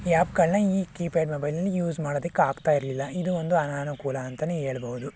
ಈ ಆ್ಯಪ್ಗಳನ್ನು ಈ ಕೀಪ್ಯಾಡ್ ಮೊಬೈಲಲ್ಲಿ ಯೂಸ್ ಮಾಡೋದಕ್ಕೆ ಆಗ್ತಾಯಿರ್ಲಿಲ್ಲ ಇದೂ ಒಂದು ಅನನುಕೂಲ ಅಂತಾನೇ ಹೇಳ್ಬೋದು